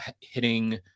hitting